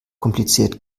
kompliziert